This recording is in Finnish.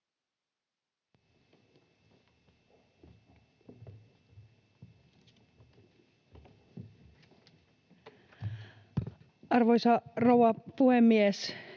Arvoisa rouva puhemies!